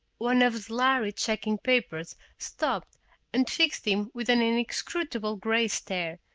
one of the lhari checking papers stopped and fixed him with an inscrutable gray stare,